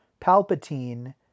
Palpatine